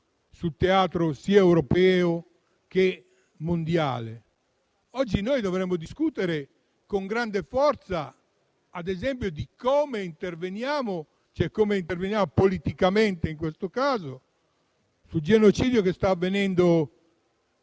sul teatro sia europeo che mondiale? Oggi noi dovremmo discutere con grande forza, ad esempio, di come interveniamo, in questo caso politicamente, sul genocidio che sta avvenendo